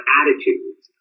attitudes